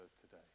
today